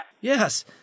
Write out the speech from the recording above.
Yes